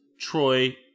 Troy